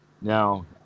Now